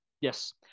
Yes